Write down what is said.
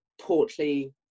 portly